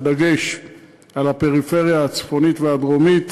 בדגש על הפריפריה הצפונית והדרומית,